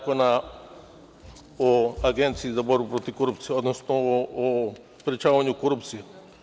Zakona o Agenciji za borbu protiv korupcije, odnosno o sprečavanju korupcije.